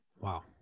Wow